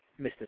Mr